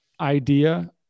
idea